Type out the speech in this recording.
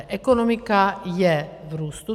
Ekonomika je v růstu.